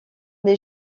les